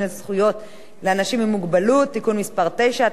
זכויות לאנשים עם מוגבלות (תיקון מס' 9),